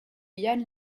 yann